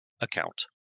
account